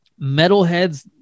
metalheads